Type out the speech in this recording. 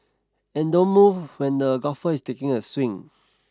and don't move when the golfer is taking a swing